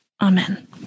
Amen